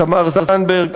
תמר זנדברג,